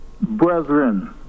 brethren